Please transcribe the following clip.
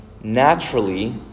naturally